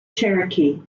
cherokee